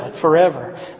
forever